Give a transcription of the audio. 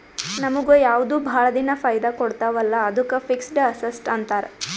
ನಮುಗ್ ಯಾವ್ದು ಭಾಳ ದಿನಾ ಫೈದಾ ಕೊಡ್ತಾವ ಅಲ್ಲಾ ಅದ್ದುಕ್ ಫಿಕ್ಸಡ್ ಅಸಸ್ಟ್ಸ್ ಅಂತಾರ್